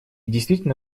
действительно